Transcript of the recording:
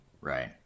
Right